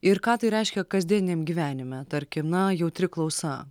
ir ką tai reiškia kasdieniniam gyvenime tarkim na jautri klausa